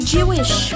Jewish